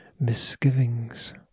Misgivings